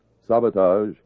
sabotage